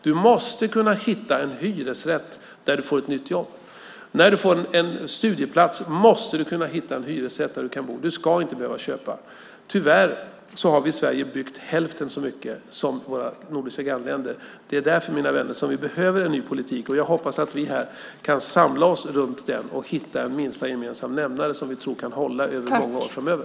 Du måste kunna hitta en hyresrätt där du får ett nytt jobb. När du får en studieplats måste du kunna hitta en hyresrätt där du kan bo. Du ska inte behöva köpa. Tyvärr har vi i Sverige byggt hälften så mycket som i våra nordiska grannländer. Det är därför, mina vänner, som vi behöver en ny politik, och jag hoppas att vi här kan samla oss runt den och hitta en minsta gemensam nämnare som vi tror kan hålla i många år framöver.